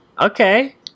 Okay